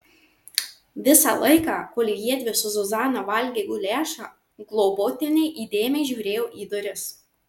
visą laiką kol jiedvi su zuzana valgė guliašą globotinė įdėmiai žiūrėjo į duris